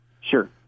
Sure